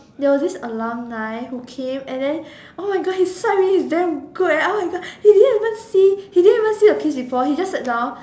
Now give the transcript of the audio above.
there was this alumni who came and then oh my god his side view is damn good leh oh my god he didn't even see he didn't even see the piece before he just sat down